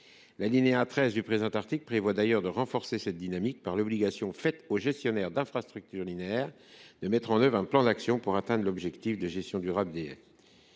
L’alinéa 13 de cet article prévoit de renforcer cette dynamique en obligeant les gestionnaires d’infrastructures linéaires à mettre en œuvre un plan d’action pour atteindre l’objectif de gestion durable des haies.